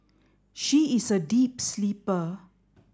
she is a deep sleeper